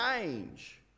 change